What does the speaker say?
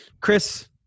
Chris